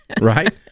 right